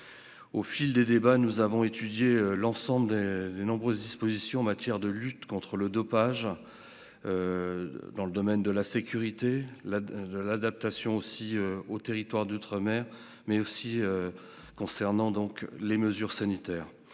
Au fil des débats, nous avons étudié l'ensemble des nombreuses dispositions en matière de lutte contre le dopage, de sécurité, d'adaptation aux territoires d'outre-mer, mais aussi en matière sanitaire.